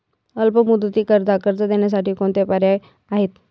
अल्प मुदतीकरीता कर्ज देण्यासाठी कोणते पर्याय आहेत?